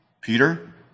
Peter